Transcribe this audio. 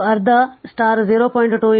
ಆದ್ದರಿಂದ ಇದು ಅರ್ಧ 0